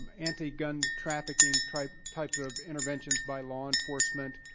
anti-gun trafficking types types of interventions by law enforcement.